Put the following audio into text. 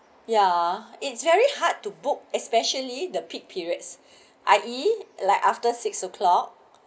ya it's very hard to book especially the peak periods I_E like after six o'clock